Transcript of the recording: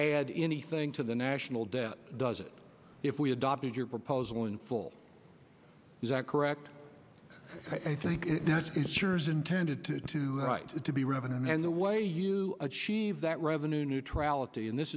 add anything to the national debt does it if we adopted your proposal in full is a correct i think it sure is intended to right to be revenue and the way you achieve that revenue neutrality and this